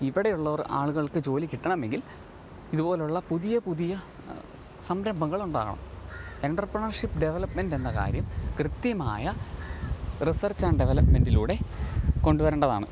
ഇവിടെ ഉള്ളവർ ആളുകൾക്ക് ജോലി കിട്ടണമെങ്കിൽ ഇതു പോലെയുള്ള പുതിയ പുതിയ സംരംഭങ്ങൾ ഉണ്ടാകണം എൻട്രപ്രണർഷിപ്പ് ഡെവലപ്പ്മെൻ്റ് എന്ന കാര്യം കൃത്യമായ റിസർച്ച് ആൻഡ് ഡെവലപ്പ്മെൻറ്റിലൂടെ കൊണ്ടു വരേണ്ടതാണ്